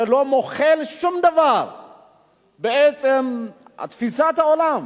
שלא מוחל על שום דבר, תפיסת העולם